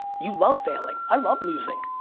you love failing. i love losing.